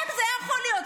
איך זה יכול להיות?